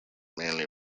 mainly